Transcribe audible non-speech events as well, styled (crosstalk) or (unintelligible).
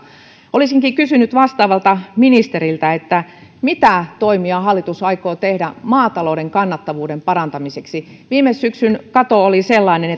olisinkin kysynyt vastaavalta ministeriltä mitä toimia hallitus aikoo tehdä maatalouden kannattavuuden parantamiseksi viime syksyn kato oli sellainen (unintelligible)